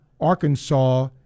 Arkansas